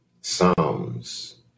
Psalms